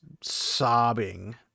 sobbing